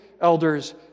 elders